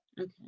Okay